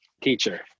teacher